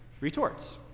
retorts